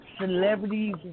celebrities